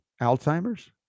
Alzheimer's